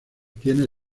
tiene